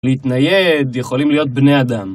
להתנייד יכולים להיות בני אדם